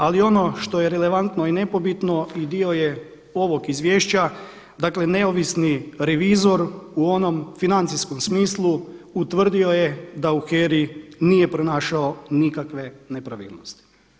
Ali ono što je relevantno i nepobitno i dio je ovog Izvješća, dakle neovisni revizor u onom financijskom smislu utvrdio je da u HERA-i nije pronašao nikakve nepravilnosti.